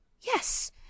yes